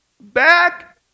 Back